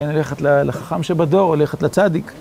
אני הולכת לחכם שבדור, הולכת לצדיק.